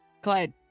Clyde